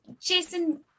Jason